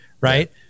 Right